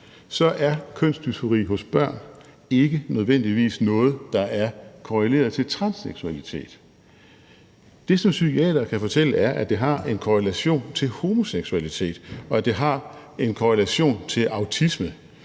er kønsdysfori hos børn ikke nødvendigvis noget, der er korreleret til transseksualitet. Det, som psykiatere kan fortælle, er, at det har en korrelation til homoseksualitet, og at det har en korrelation til autisme,